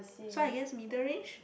so I guess middle range